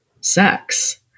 sex